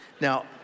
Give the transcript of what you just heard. Now